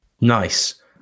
Nice